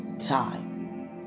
Time